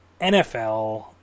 NFL